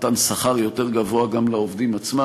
ומתן שכר יותר גבוה גם לעובדים עצמם,